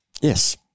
Yes